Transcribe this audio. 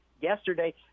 yesterday –